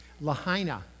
lahaina